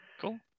cool